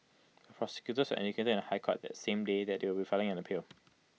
the prosecutors had indicated in the High Court that same day that they would be filing an appeal